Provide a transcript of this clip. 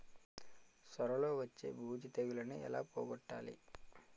సొర లో వచ్చే బూజు తెగులని ఏల పోగొట్టాలి?